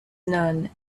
none